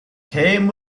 came